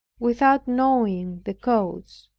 without knowing the cause.